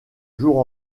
jour